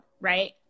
right